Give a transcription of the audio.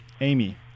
Amy